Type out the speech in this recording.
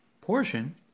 portion